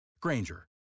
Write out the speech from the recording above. Granger